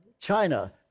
China